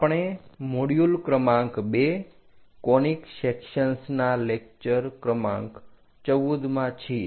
આપણે મોડ્યુલ ક્રમાંક 2 કોનીક સેક્શન્સના લેક્ચર ક્રમાંક 14માં છીએ